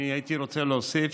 אני הייתי רוצה להוסיף,